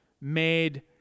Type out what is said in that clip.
made